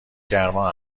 گرما